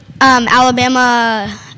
Alabama